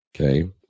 Okay